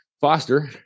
Foster